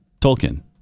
Tolkien